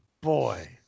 boy